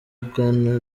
bwana